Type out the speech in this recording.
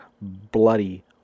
bloody